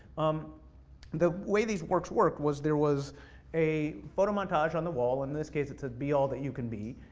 um the way these works work was there was a photo montage on the wall in this case it's a be all you can be.